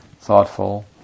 thoughtful